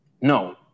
No